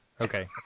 Okay